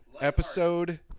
Episode